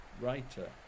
writer